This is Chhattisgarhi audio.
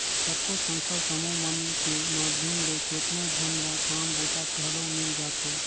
कतको संस्था समूह मन के माध्यम ले केतनो झन ल काम बूता घलो मिल जाथे